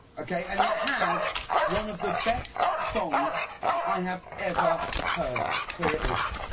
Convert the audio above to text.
okay. and it has one of the best songs i have ever heard. here it is.